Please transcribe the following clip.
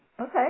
Okay